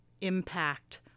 impact